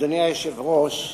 אדוני היושב-ראש,